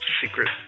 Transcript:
secret